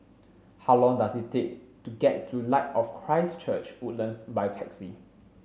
how long does it take to get to Light of Christ Church Woodlands by taxi